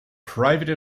private